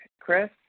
Chris